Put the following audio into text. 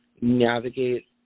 navigate